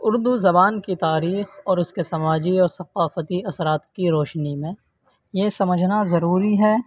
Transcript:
اردو زبان کی تاریخ اور اس کے سماجی اور ثقافتی اثرات کی روشنی میں یہ سمجھنا ضروری ہے